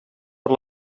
per